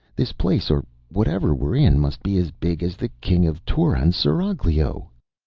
this place or whatever we're in must be as big as the king of turan's seraglio.